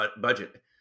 budget